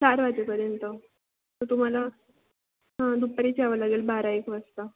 चार वाजेपर्यंत तर तुम्हाला दुपारीच यावं लागेल बारा एक वाजता